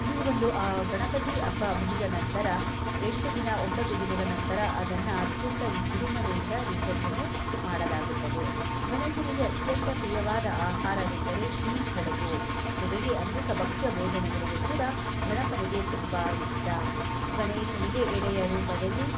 ಈ ಒಂದು ಗಣಪತಿ ಹಬ್ಬ ಮುಗಿದ ನಂತರ ಎಂಟು ದಿನ ಒಂಬತ್ತು ದಿನದ ನಂತರ ಅದನ್ನು ಅತ್ಯಂತ ವಿಜೃಂಭಣೆಯಿಂದ ವಿಸರ್ಜನೆ ಮಾಡಲಾಗುತ್ತದೆ ಗಣೇಶನಿಗೆ ಅತ್ಯಂತ ಪ್ರಿಯವಾದ ಆಹಾರವೆಂದರೆ ಸಿಹಿ ಕಡ್ಬು ಜೊತೆಗೆ ಅನೇಕ ಭಕ್ಷ್ಯ ಭೋಜನಗಳಿಗೂ ಕೂಡ ಗಣಪನಿಗೆ ತುಂಬ ಇಷ್ಟ ಗಣೇಶನಿಗೆ ಎಡೆಯ ರೂಪದಲ್ಲಿ